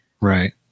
right